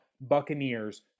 Buccaneers